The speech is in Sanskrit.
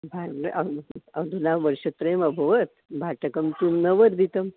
भाटकं अहम् अधुना वर्षत्रयमभवत् भाटकं तु न वर्धितं